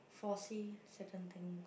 foresee certain thing